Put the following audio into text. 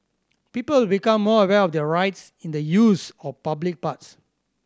people will become more aware of their rights in the use of public paths